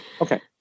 Okay